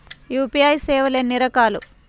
UPI సేవలు ఎన్నిరకాలు?